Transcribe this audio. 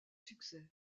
succès